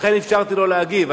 לכן אפשרתי לו להגיב.